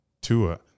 Tua